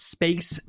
Space